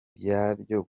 iryo